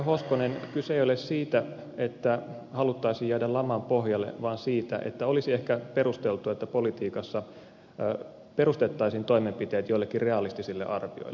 hoskonen kyse ei ole siitä että haluttaisiin jäädä laman pohjalle vaan siitä että olisi ehkä perusteltua että politiikassa perustettaisiin toimenpiteet joillekin realistisille arvioille